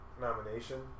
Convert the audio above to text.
nomination